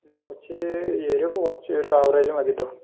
എന്നാൽ കുറച്ച് എരുവ് കുറച്ച് ഒരു ആവറേജ് മതി കെട്ടോ